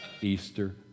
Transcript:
Easter